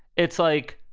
it's like,